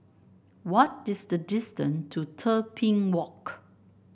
what is the distance to Tebing Walk